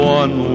one